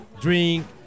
drink